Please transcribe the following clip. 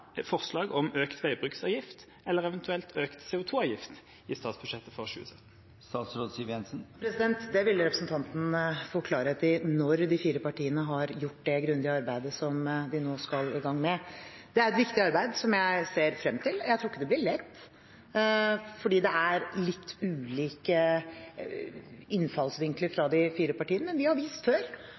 forslag om økt veibruksavgift eller eventuelt økt CO2-avgift i statsbudsjettet for 2017? Det vil representanten få klarhet i når de fire partiene har gjort det grundige arbeidet som de nå skal i gang med. Det er et viktig arbeid som jeg ser frem til. Jeg tror ikke det blir lett, for det er litt ulike innfallsvinkler fra de fire partiene. Men vi har vist før